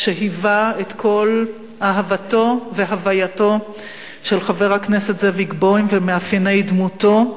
שהיווה את כל אהבתו והווייתו של חבר הכנסת זאביק בוים ומאפייני דמותו,